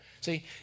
See